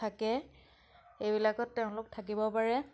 থাকে এইবিলাকত তেওঁলোক থাকিব পাৰে